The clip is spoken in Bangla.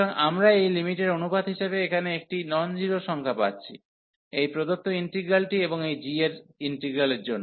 সুতরাং আমরা এই লিমিটের অনুপাত হিসাবে এখানে একটি নন জিরো সংখ্যা পাচ্ছি এই প্রদত্ত ইন্টিগ্রালটি এবং এই g এর ইন্টিগ্রালের জন্য